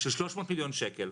של 300 מיליון שקל.